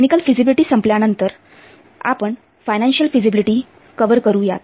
technical feasibility संपल्यानंतर आपण financial feasibility cover करूयात